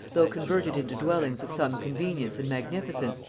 though converted into dwellings of some convenience and magnificence,